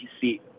see